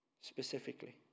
specifically